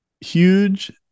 huge